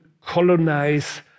colonize